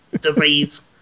disease